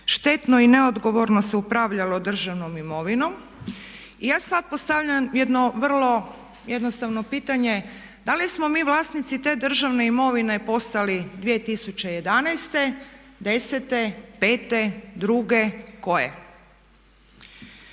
štetno i neodgovorno se upravljalo državnom imovinom. Ja sad postavljam jedno vrlo jednostavno pitanje da li smo mi vlasnici te državne imovine postali 2011., 2010., 2005., 2002., koje?